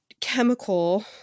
chemical